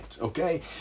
okay